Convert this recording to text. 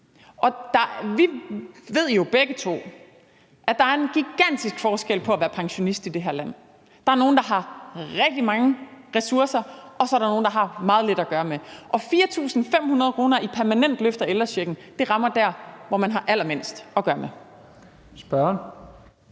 Vi ved jo begge to, at der er en gigantisk forskel på at være pensionist i det her land. Der er nogle, der har rigtig mange ressourcer, og så er der nogle, der har meget lidt at gøre med. 4.800 kr. i permanent løft af ældrechecken rammer der, hvor man har allermindst at gøre med.